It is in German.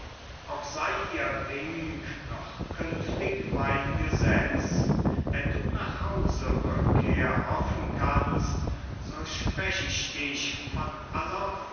auch sei ihr wink noch künftig mein gesetz wenn du nach hause rückkehr hoffen kannst so sprech ich dich von